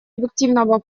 объективного